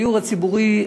הדיור הציבורי,